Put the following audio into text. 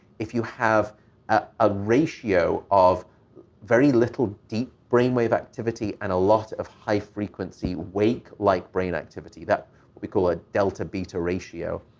if you have a ratio of very little deep brainwave activity and a lot of high-frequency wake-like like brain activity, what we call ah delta-beta ratio